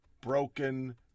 broken